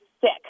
sick